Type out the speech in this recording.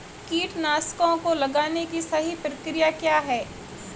कीटनाशकों को लगाने की सही प्रक्रिया क्या है?